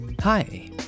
Hi